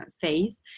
phase